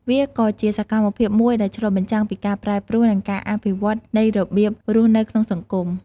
វាក៏ជាសកម្មភាពមួយដែលឆ្លុះបញ្ចាំងពីការប្រែប្រួល និងការអភិវឌ្ឍនៃរបៀបរស់នៅក្នុងសង្គម។